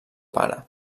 pare